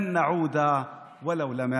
לא נחזור סתם כקיבוץ גלויות.